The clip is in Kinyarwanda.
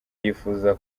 yifuza